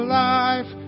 life